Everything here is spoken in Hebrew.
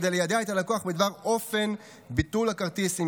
כדי ליידע את הלקוח בדבר אופן ביטול הכרטיס אם